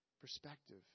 perspective